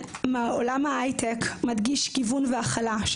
עולם הייטק מדגיש כיוון והכלה,